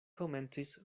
komencis